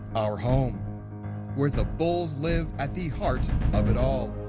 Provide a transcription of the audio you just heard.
our home where the bulls live at the heart of it all.